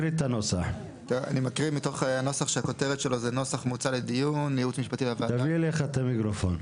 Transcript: לישראל ונקודת מוצאו או מועד יציאתו מישראל ויעדו,